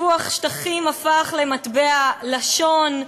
סיפוח שטחים הפך למטבע לשון,